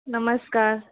नमस्कार